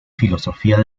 filosofía